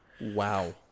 Wow